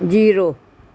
zero